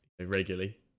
regularly